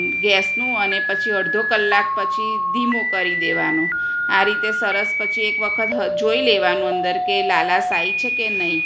ગેસનું અને પછી અડધો કલાક પછી ધીમું કરી દેવાનું આ રીતે સરસ પછી એક વખત જોઈ લેવાનું અંદર કે લાલાસ આવી છે કે નહીં